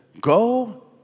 go